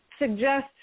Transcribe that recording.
suggest